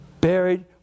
buried